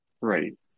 Right